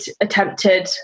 attempted